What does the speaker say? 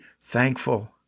thankful